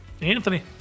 Anthony